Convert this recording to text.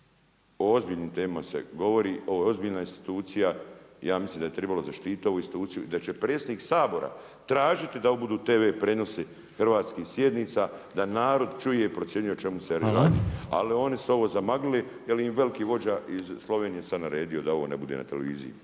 o ozbiljnoj temi se govori, ovo je ozbiljna institucija, ja mislim da je trebalo zaštititi ovu instituciju, da će predsjednik Sabora tražiti da da ovo budu tv prijenosi hrvatskih sjednica, da narod čuje i procjenjuje o čemu se radi, ali oni su ovo zamaglili jer im veliki voda iz Slovenije sad naredio da ovo ne bude na televiziji.